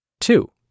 Two